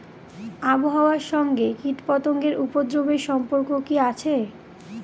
আবহাওয়ার সঙ্গে কীটপতঙ্গের উপদ্রব এর সম্পর্ক কি আছে?